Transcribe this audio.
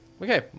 Okay